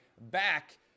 Back